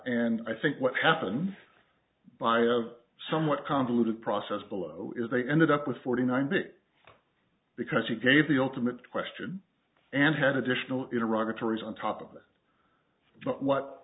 and i think what happened by of somewhat convoluted process below is they ended up with forty nine b because he gave the ultimate question and had additional iraq or tories on top of it what